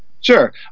Sure